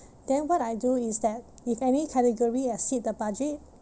then what I do is that if any category exceed the budget